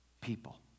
people